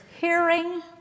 hearing